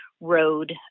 road